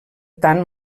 tant